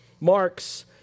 marks